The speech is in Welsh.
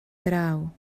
draw